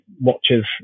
watches